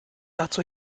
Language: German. dazu